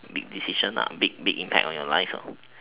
big decision lah big impact on your life lah